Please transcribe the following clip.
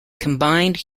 combined